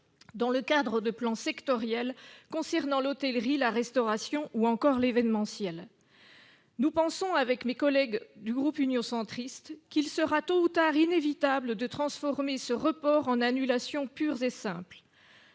dans le cadre de plans sectoriels concernant l'hôtellerie, la restauration ou encore l'événementiel. Mes collègues du groupe Union Centriste et moi-même pensons qu'il sera tôt ou tard inévitable de transformer ce report en annulations pures et simples.